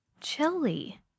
Chili